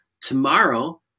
Tomorrow